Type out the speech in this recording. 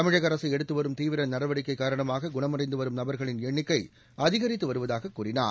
தமிழகஅரசு எடுத்துவரும் தீவிர நடவடிக்கை காரணமாக குணமடைந்துவரும் நபர்களின் எண்ணிக்கை அதிகரித்து வருவதாக கூறினார்